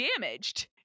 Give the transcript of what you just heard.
damaged